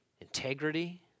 integrity